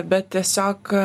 bet tiesiog